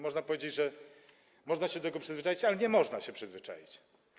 Można powiedzieć, że można się do tego przyzwyczaić - nie można się przyzwyczaić.